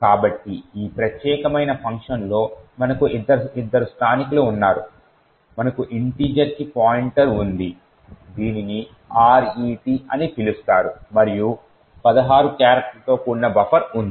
కాబట్టి ఈ ప్రత్యేకమైన ఫంక్షన్లో మనకు ఇద్దరు స్థానికులు ఉన్నారు మనకు ఇన్టీజర్కి పాయింటర్ ఉంది దీనిని RET అని పిలుస్తారు మరియు 16 క్యారెక్టర్లతో కూడిన బఫర్ ఉంది